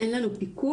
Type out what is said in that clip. אין לנו פיקוח.